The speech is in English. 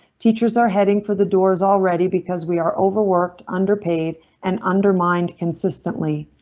teachers are heading for the doors already because we are overworked, underpaid and undermined consistently.